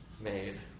made